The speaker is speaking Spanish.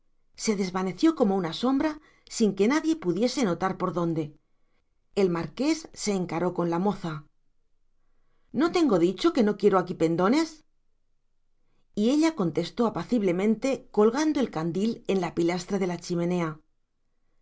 se desvaneció como una sombra sin que nadie pudiese notar por dónde el marqués se encaró con la moza no tengo dicho que no quiero aquí pendones y ella contestó apaciblemente colgando el candil en la pilastra de la chimenea